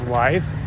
life